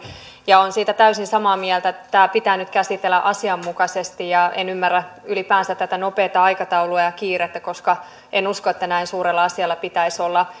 ja olen siitä täysin samaa mieltä että tämä pitää nyt käsitellä asianmukaisesti ja en ymmärrä ylipäänsä tätä nopeaa aikataulua ja kiirettä koska en usko että näin suurella asialla pitäisi olla